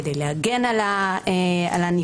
כדי להגן על הנפגע,